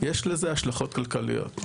יש לזה השלכות כלכליות.